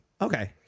Okay